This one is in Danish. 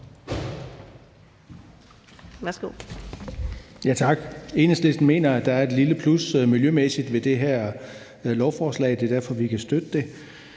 (EL): Tak. Enhedslisten mener, at der er et lille plus miljømæssigt ved det her lovforslag, og det er derfor, vi kan støtte det.